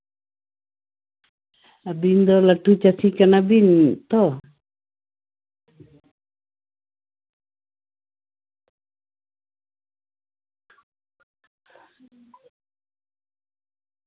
ᱟᱹᱵᱤᱱ ᱫᱚ ᱞᱟᱹᱴᱩ ᱪᱟᱹᱥᱤ ᱠᱟᱱᱟᱵᱤᱱ ᱛᱚ